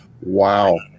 wow